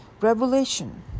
revelation